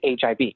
HIV